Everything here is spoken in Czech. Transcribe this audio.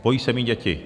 Bojí se mít děti.